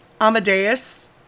Amadeus